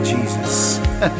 Jesus